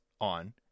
on